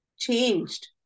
changed